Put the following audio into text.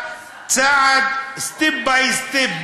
step by step,